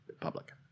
public